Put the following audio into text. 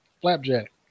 Flapjack